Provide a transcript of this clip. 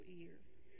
ears